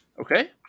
Okay